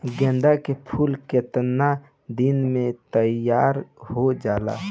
गेंदा के फूल केतना दिन में तइयार हो जाला?